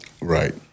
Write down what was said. Right